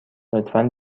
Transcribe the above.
لطفا